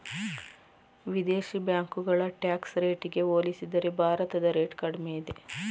ವಿದೇಶಿ ಬ್ಯಾಂಕುಗಳ ಟ್ಯಾಕ್ಸ್ ರೇಟಿಗೆ ಹೋಲಿಸಿದರೆ ಭಾರತದ ರೇಟ್ ಕಡಿಮೆ ಇದೆ